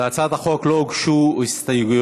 להצעת החוק לא הוגשו הסתייגויות